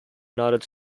united